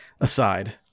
aside